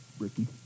Ricky